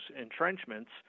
entrenchments